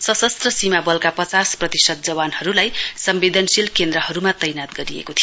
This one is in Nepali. सशस्त्र सीमा बलका पचास प्रतिशत जवानहरूलाई सम्वेदनशील केन्द्रहरूमा तैनात गरिएको थियो